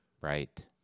right